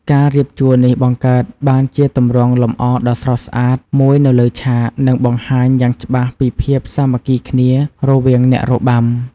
ការរៀបជួរនេះបង្កើតបានជាទម្រង់លម្អរដ៏ស្រស់ស្អាតមួយនៅលើឆាក និងបង្ហាញយ៉ាងច្បាស់ពីភាពសាមគ្គីគ្នារវាងអ្នករបាំ។